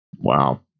Wow